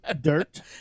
Dirt